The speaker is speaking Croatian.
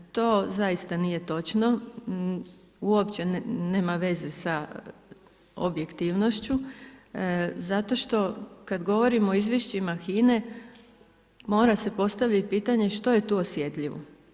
To zaista nije točno, uopće nema veze sa objektivnošću zato što kada govorimo o izvješćima HINA-e mora se postaviti pitanje što je tu osjetljivo.